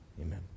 amen